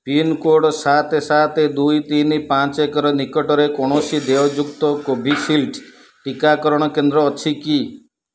pincode ସାତ ସାତ ଦୁଇ ତିନି ପାଞ୍ଚ ଏକର ନିକଟରେ କୌଣସି ଦେୟଯୁକ୍ତ କୋଭିଶିଲ୍ଡ୍ ଟିକାକରଣ କେନ୍ଦ୍ର ଅଛି କି